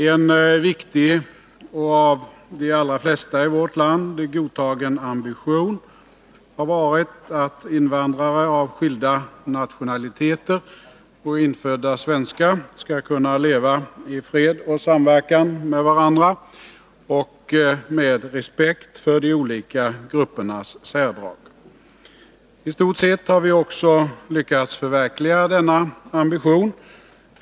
En viktig och av de allra flesta i vårt land godtagen ambition har varit att invandrare av skilda nationaliteter och infödda svenskar skall kunna leva i fred och samverkan med varandra och med respekt för de olika gruppernas särdrag. I stort sett har vi också lyckats förverkliga denna ambition.